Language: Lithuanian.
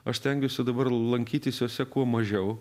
aš stengiuosi dabar lankytis juose kuo mažiau